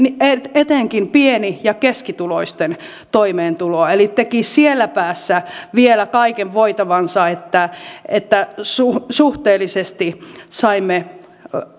etenkin pieni ja keskituloisten toimeentuloa eli teki siellä päässä vielä kaiken voitavansa että että suhteellisesti saimme